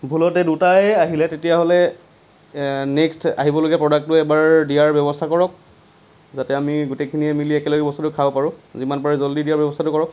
ভুলতে দুটাই আহিলে তেতিয়াহ'লে নেক্সট আহিবলগীয়া প্ৰডাক্টটো এবাৰ দিয়াৰ ব্যৱস্থা কৰক যাতে আমি গোটেইখিনিয়ে মিলি একেলগে বস্তুটো খাব পাৰোঁ যিমান পাৰে জলদি দিয়াৰ ব্যৱস্থা কৰক